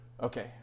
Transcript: Okay